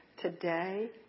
today